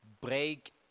break